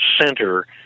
Center